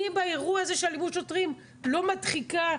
אני באירוע הזה של אלימות שוטרים לא מדחיקה.